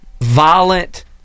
violent